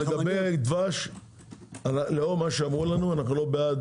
לגבי דבש לאור מה שאמרו לנו אנו לא בעד